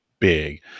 big